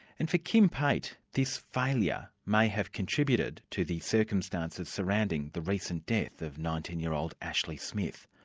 and for kim pate, this failure may have contributed to the circumstances surrounding the recent death of nineteen year old ashley smith,